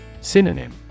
Synonym